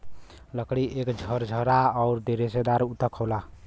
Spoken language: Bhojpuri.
लकड़ी एक झरझरा आउर रेसेदार ऊतक होला